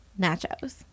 nachos